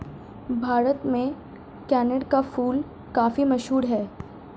भारत में कनेर का फूल काफी मशहूर है